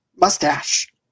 mustache